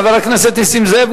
חבר הכנסת נסים זאב,